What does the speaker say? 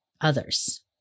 others